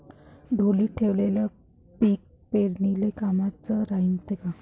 ढोलीत ठेवलेलं पीक पेरनीले कामाचं रायते का?